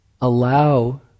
allow